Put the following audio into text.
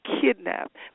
kidnapped